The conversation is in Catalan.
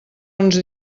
uns